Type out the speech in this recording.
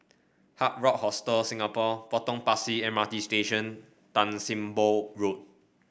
Hard Rock Hostel Singapore Potong Pasir M R T Station Tan Sim Boh Road